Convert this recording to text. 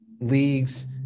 leagues